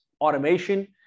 automation